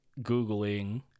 googling